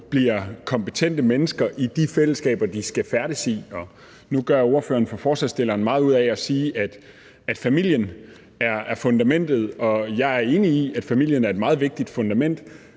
bliver kompetente mennesker i de fællesskaber, de skal færdes i. Nu gør ordføreren for forespørgerne meget ud af at sige, at familien er fundamentet, og jeg er enig i, at familien er et meget vigtigt fundament,